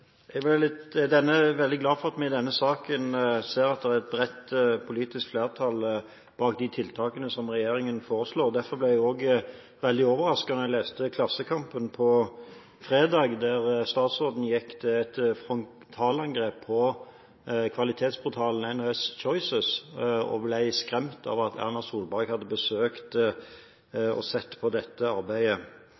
veldig glad for at vi i denne saken ser at det er et bredt politisk flertall bak de tiltakene som regjeringen foreslår. Derfor ble jeg også veldig overrasket da jeg leste Klassekampen på fredag, der statsråden gikk til frontalangrep på kvalitetsportalen NHS Choices og ble skremt av at Erna Solberg hadde besøkt